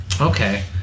Okay